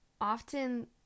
often